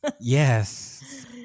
Yes